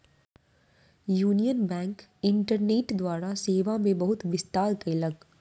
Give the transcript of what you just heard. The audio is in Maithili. यूनियन बैंक इंटरनेट द्वारा सेवा मे बहुत विस्तार कयलक